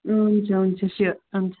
हुन्छ हुन्छ स्योर हुन्छ